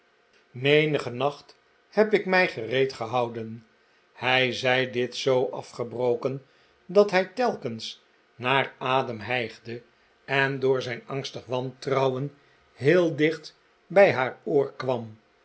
menigen nacht heb ik mij gereed gehouden hij zei dit zoo afgebroken daar hij telkens naar adem hijgde en door zijn angstig wantrouwen heel dicht bij haar oor kwam